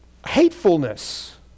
hatefulness